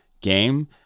game